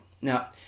Now